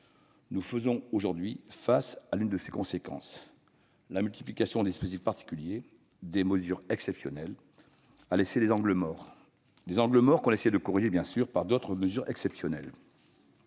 Nous faisons aujourd'hui face à l'une de ses conséquences : la multiplication des dispositifs particuliers, des mesures exceptionnelles, a laissé des angles morts, qu'on essaie bien sûr de corriger par d'autres mesures exceptionnelles.